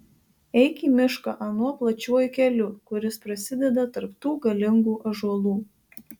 eik į mišką anuo plačiuoju keliu kuris prasideda tarp tų galingų ąžuolų